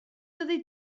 fyddi